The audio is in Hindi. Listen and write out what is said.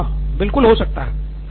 निथिन कुरियन हाँ बिल्कुल हो सकता है